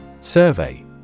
Survey